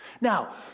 Now